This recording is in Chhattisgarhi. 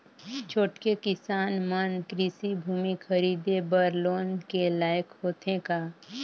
छोटके किसान मन कृषि भूमि खरीदे बर लोन के लायक होथे का?